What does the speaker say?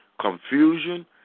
confusion